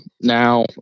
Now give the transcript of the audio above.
Now